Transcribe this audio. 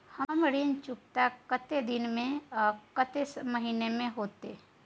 हमर ऋण चुकता कतेक दिन में आ कतेक महीना में होतै?